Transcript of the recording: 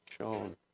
shown